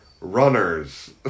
runners